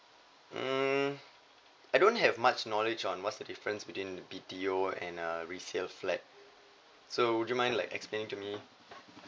mm I don't have much knowledge on what's the difference between the B T O and a resale flat so would you mind like explain to me